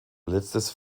letztes